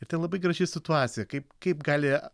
ir ten labai graži situacija kaip kaip gali